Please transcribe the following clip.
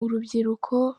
urubyiruko